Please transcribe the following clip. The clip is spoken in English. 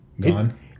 gone